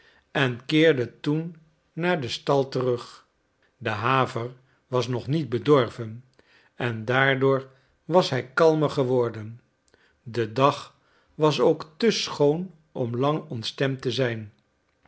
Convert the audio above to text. en keerde toen naar den stal terug de haver was nog niet bedorven en daardoor was hij kalmer geworden de dag was ook te schoon om lang ontstemd te zijn